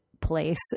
place